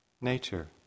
Nature